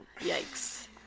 Yikes